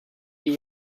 you